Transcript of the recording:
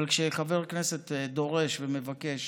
אבל כשחבר כנסת דורש ומבקש